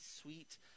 sweet